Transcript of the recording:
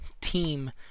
team